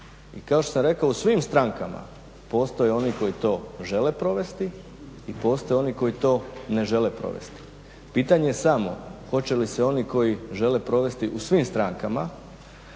I kao što sam rekao u svim strankama postoje oni koji to žele provesti i postoje oni koji to ne žele provesti. Pitanje je samo hoće li se oni koji žele provesti u svim strankama